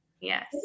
Yes